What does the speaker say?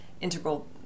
integral